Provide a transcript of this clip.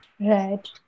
Right